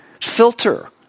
filter